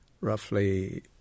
roughly